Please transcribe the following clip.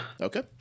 Okay